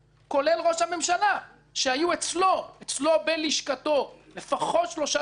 כולל ראש הממשלה שהיו אצלו בלשכתו לפחות שלושה דיונים